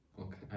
Okay